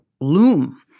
loom